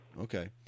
Okay